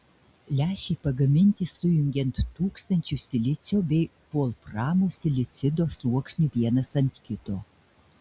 lęšiai pagaminti sujungiant tūkstančius silicio bei volframo silicido sluoksnių vienas ant kito